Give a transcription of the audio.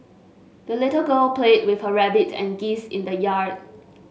the little girl played with her rabbit and geese in the yard